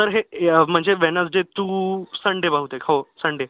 sir हे य म्हणजे वेनस्डे टू संडे बहुतेक हो संडे